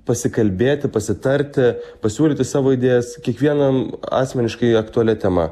pasikalbėti pasitarti pasiūlyti savo idėjas kiekvienam asmeniškai aktualia tema